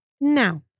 Now